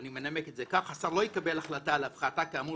אני מנמק זאת כך: "השר לא יקבל החלטה על הפחתה כאמור